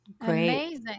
Amazing